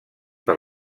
per